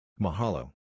Mahalo